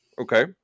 Okay